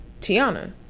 Tiana